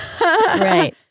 right